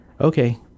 okay